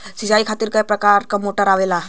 सिचाई खातीर क प्रकार मोटर आवेला?